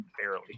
barely